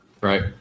Right